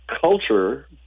culture